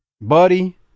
Buddy